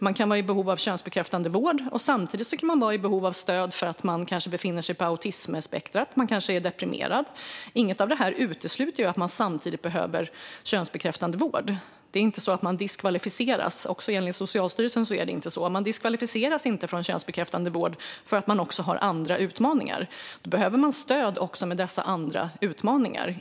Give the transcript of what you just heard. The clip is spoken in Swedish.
Man kan vara i behov av könsbekräftande vård och samtidigt kanske behöva stöd för att man befinner sig på autismspektrumet eller är deprimerad. Inget av detta utesluter att man samtidigt behöver könsbekräftande vård. Man diskvalificeras inte från könsbekräftande vård - inte heller enligt Socialstyrelsen - för att man också har andra utmaningar. Då behöver man stöd också med dessa andra utmaningar.